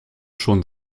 schon